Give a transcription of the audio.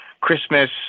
Christmas